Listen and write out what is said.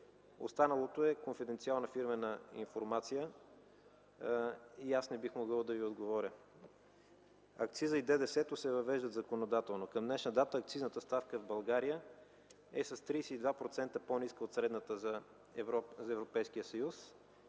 Останалото е конфиденциална фирмена информация и аз не бих могъл да Ви отговоря. Акцизът и ДДС се въвеждат законодателно. Към днешна дата акцизната ставка в България е с 32% по-ниска от средната за Европейския съюз